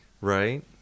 right